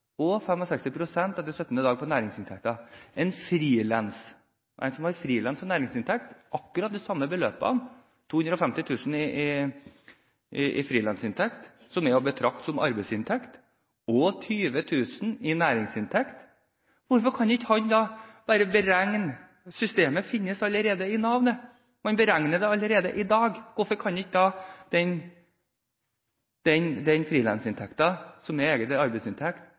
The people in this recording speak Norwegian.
og 65 pst. fra og med 17. dag på næringsinntekten. En som har frilansarbeid som næringsinntekt – med akkurat de samme beløpene, kr 250 000 i frilansinntekt, som er å betrakte som arbeidsinntekt, og kr 20 000 i næringsinntekt – hvorfor kan ikke han bare beregnes? Systemet finnes allerede i Nav. Man beregner det allerede i dag. Hvorfor kan ikke da den frilansinntekten, som egentlig er arbeidsinntekt,